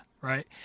right